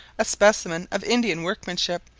a specimen of indian workmanship,